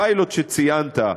הפיילוט שציינת,